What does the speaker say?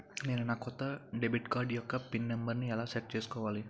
నేను నా కొత్త డెబిట్ కార్డ్ యెక్క పిన్ నెంబర్ని ఎలా సెట్ చేసుకోవాలి?